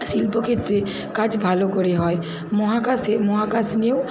শিল্পক্ষেত্রে কাজ ভালো করে হয় মহাকাশে মহাকাশ নিয়েও